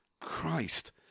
Christ